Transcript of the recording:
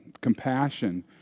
compassion